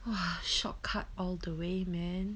!wah!